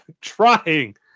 trying